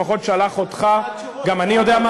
לפחות שלח אותך, כי הוא יודע מה